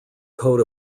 coat